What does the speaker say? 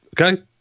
Okay